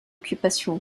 occupation